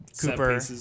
Cooper